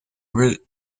route